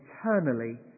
eternally